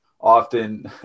often